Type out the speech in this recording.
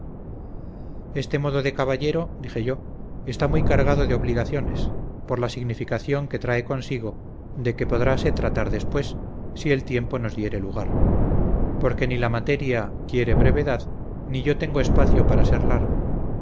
este modo de caballero dije yo está muy cargado de obligaciones por la significación que trae consigo de que podrá ser tratar después si el tiempo nos diere lugar porque ni la materia quiere brevedad ni yo tengo espacio para ser largo